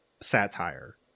satire